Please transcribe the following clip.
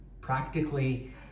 Practically